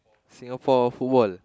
Singapore football